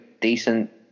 decent